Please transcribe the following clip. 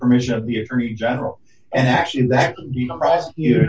permission of the attorney general and actually that